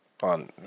on